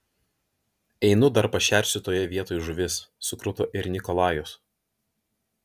einu dar pašersiu toje vietoj žuvis sukruto ir nikolajus